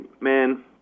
man